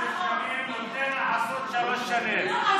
עשר שנים, נותן החסות, שלוש שנים, לא,